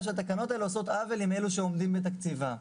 שהתקנות האלו עושות עוול לאלו שעומדים בתקציבם,